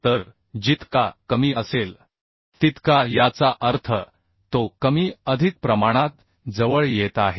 तर जितका कमी असेल तितका याचा अर्थ तो कमी अधिक प्रमाणात जवळ येत आहे